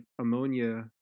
ammonia